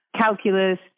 calculus